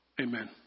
Amen